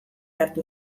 hartu